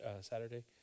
Saturday